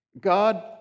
God